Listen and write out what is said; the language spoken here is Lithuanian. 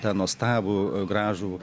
tą nuostabų a gražų